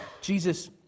Jesus